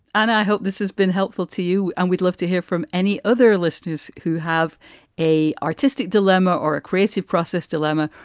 and i hope this has been helpful to you. and we'd love to hear from any other listeners who have a artistic dilemma or a creative process dilemma.